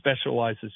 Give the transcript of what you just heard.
specializes